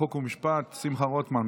חוק ומשפט שמחה רוטמן.